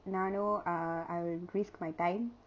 நானும்:naanum uh I will risk my time